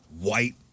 white